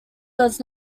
does